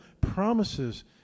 promises